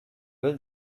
will